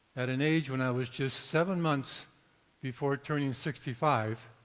at an age when i was just seven months before turning sixty five,